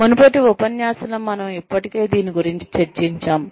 మునుపటి ఉపన్యాసంలో మనము ఇప్పటికే దీని గురించి చర్చించాము